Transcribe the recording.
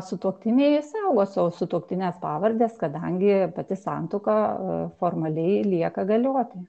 sutuoktiniai išsaugo savo sutuoktines pavardes kadangi pati santuoka formaliai lieka galioti